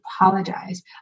apologize